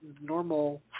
normal